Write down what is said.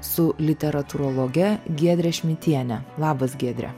su literatūrologe giedrė šmitiene labas giedre